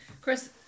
Chris